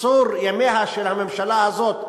קיצור ימיה של הממשלה הזאת,